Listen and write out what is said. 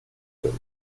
seuls